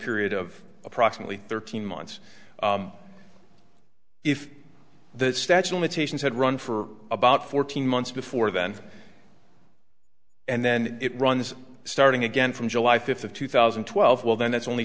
period of approximately thirteen months if the statue limitations had run for about fourteen months before then and then it runs starting again from july fifth of two thousand and twelve well then that's only